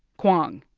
kwong,